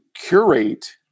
curate